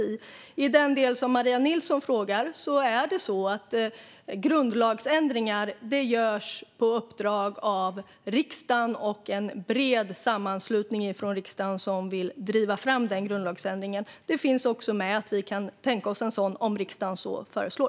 När det gäller den del som Maria Nilsson frågar om är det så att grundlagsändringar görs på uppdrag av riksdagen och en bred sammanslutning från riksdagen som vill driva fram denna grundlagsändring. Det finns också med att vi kan göra en sådan om riksdagen så föreslår.